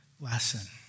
lesson